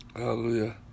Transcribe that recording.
Hallelujah